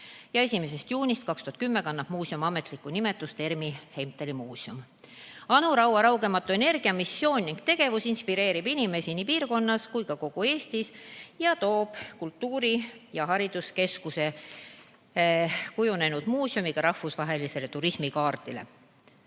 võrra. 1. juunist 2010 kannab muuseum ametlikku nimetust ERM-i Heimtali muuseum. Anu Raua raugematu energia, missioonitunne ning tegevus inspireerib inimesi nii selles piirkonnas kui ka kogu Eestis ning toob kultuuri- ja hariduskeskuseks kujunenud muuseumi ka rahvusvahelisele turismikaardile.